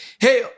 Hell